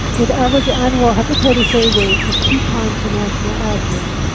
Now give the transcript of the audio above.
with average annual hepatitis a rates of two times the national average,